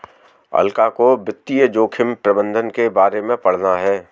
अलका को वित्तीय जोखिम प्रबंधन के बारे में पढ़ना है